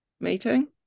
meeting